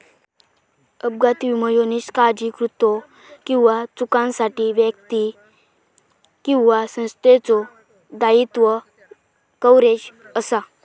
अपघाती विमो ह्यो निष्काळजी कृत्यो किंवा चुकांसाठी व्यक्ती किंवा संस्थेचो दायित्व कव्हरेज असा